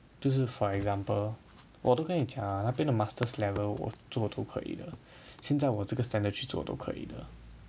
就是 for example 我都跟你讲那边的 masters level 我做都可以的现在我这个 standard 去做都可以的